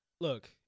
Look